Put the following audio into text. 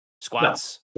Squats